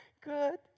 good